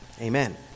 Amen